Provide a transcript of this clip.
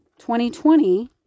2020